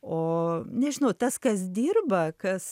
o nežinau tas kas dirba kas